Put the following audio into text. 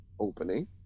opening